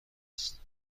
است